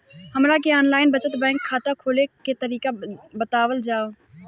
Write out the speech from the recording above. हमरा के online बचत बैंक खाता खोले के तरीका बतावल जाव?